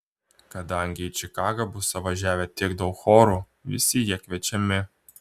kadangi į čikagą bus suvažiavę tiek daug chorų visi jie kviečiami